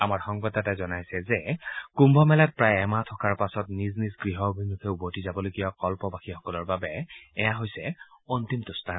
আমাৰ সংবাদদাতাই জনাইছে যে কুম্ভ মেলাত প্ৰায় এমাহ থকাৰ পাছত নিজ নিজ গৃহ অভিমখে উভতি যাবলগীয়া কল্পবাসীসকলৰ বাবে এয়া হৈছে অন্তিমটো স্নান